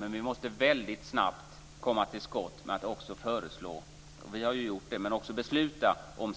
Men vi måste väldigt snabbt komma till skott med att föreslå - vilket vi har gjort - och också besluta om